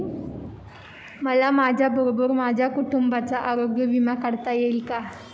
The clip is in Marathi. मला माझ्याबरोबर माझ्या कुटुंबाचा आरोग्य विमा काढता येईल का?